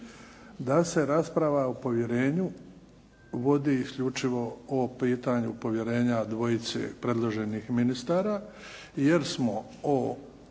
da se rasprava o povjerenju vodi isključivo o pitanju povjerenja dvojici predloženih ministara jer smo o